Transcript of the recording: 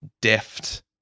deft